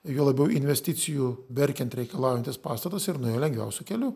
juo labiau investicijų verkiant reikalaujantis pastatas ir nuėjo lengviausiu keliu